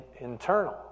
internal